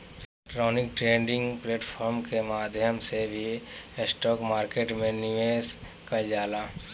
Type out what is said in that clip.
electronic trading platform के माध्यम से भी स्टॉक मार्केट में निवेश कईल जाला